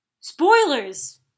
Spoilers